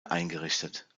eingerichtet